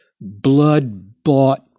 blood-bought